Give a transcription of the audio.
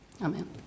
Amen